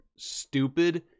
stupid